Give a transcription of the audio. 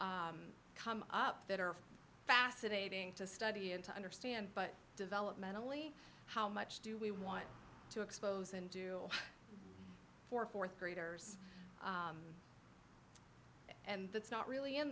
come up that are fascinating to study and to understand but developmentally how much do we want to expose and do for th graders and that's not really in